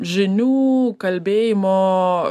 žinių kalbėjimo